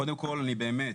קודם כל, באמת,